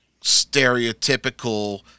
stereotypical